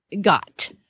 got